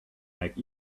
like